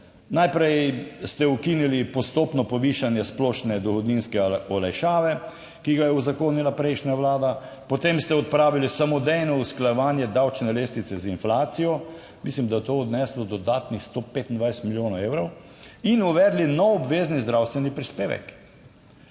Najprej ste ukinili postopno povišanje splošne dohodninske olajšave, ki ga je uzakonila prejšnja Vlada. Potem ste odpravili samodejno usklajevanje davčne lestvice z inflacijo, mislim, da je to odneslo dodatnih 125 milijonov evrov, in uvedli nov obvezni zdravstveni prispevek.